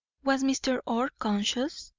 was mr. orr conscious,